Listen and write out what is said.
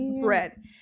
bread